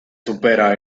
supera